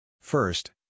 First